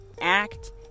act